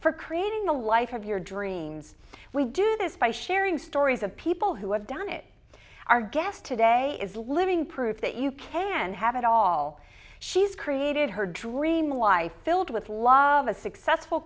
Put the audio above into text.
for creating a life of your dreams we do this by sharing stories of people who have done it our guest today is living proof that you can have it all she's created her dream why filled with love a successful